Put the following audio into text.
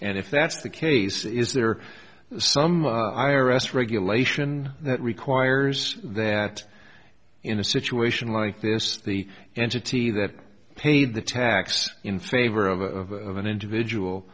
and if that's the case is there some i r s regulation that requires that in a situation like this the entity that paid the tax in favor of an individual